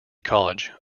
college